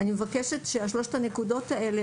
אני מבקשת ששלושת הנקודות האלו,